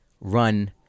run